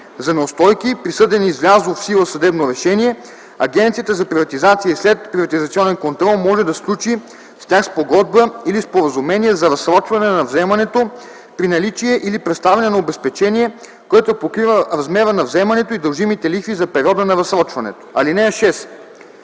за неустойки, присъдени с влязло в сила съдебно решение, Агенцията за приватизация и следприватизационен контрол може да сключи с тях спогодба или споразумение за разсрочване на вземането при наличие или представяне на обезпечение, което покрива размера на вземането и дължимите лихви за периода на разсрочването. (6)